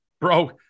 bro